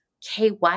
KY